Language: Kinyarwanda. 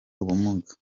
ubumuga